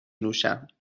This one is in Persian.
نوشم